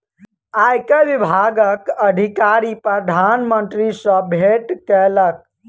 आयकर विभागक अधिकारी प्रधान मंत्री सॅ भेट केलक